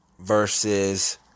versus